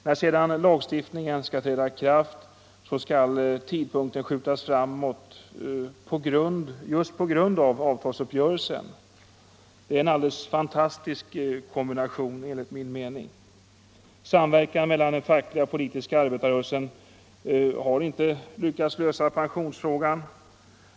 När sedan lagstiftningen skall träda i kraft så skall tidpunkten skjutas framåt just på grund av avtalsuppgörelsen. Detta är en alldeles fantastisk kombination enligt min mening. Samverkan mellan den fackliga och den politiska arbetarrörelsen har inte lyckats lösa pensionsfrågan.